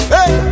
Hey